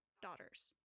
Daughters